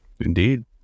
Indeed